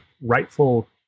rightful